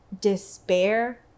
despair